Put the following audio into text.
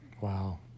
Wow